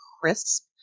crisp